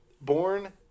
Born